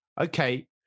Okay